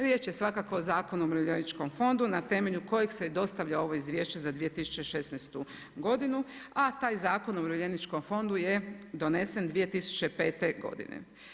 Riječ je svakako o Zakonu o umirovljeničkom fondu na temelju kojeg se i dostavlja ovo izvješće za 2016. godinu, a taj Zakon o Umirovljeničkom fondu je donesen 2005. godine.